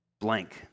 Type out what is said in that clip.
blank